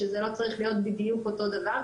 שזה לא צריך להיות בדיוק אותו דבר,